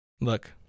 look